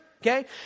Okay